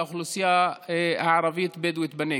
לאוכלוסייה הערבית-בדואית בנגב.